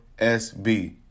SB